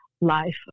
life